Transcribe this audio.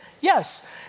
Yes